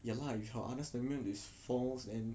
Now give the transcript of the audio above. ya lah if her other statement is false then